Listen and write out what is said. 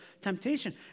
temptation